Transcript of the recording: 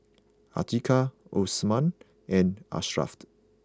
Atiqah Osman and Ashraffed